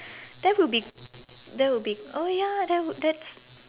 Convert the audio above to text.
that would be that would be oh ya that would that's